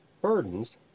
burdens